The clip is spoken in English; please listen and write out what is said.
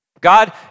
God